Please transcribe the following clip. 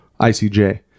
ICJ